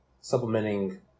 supplementing